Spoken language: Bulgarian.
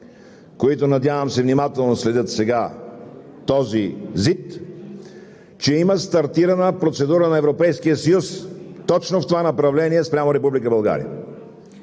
които, надявам се, внимателно следят сега този ЗИД, че има стартирана процедура на Европейския съюз точно в това направление спрямо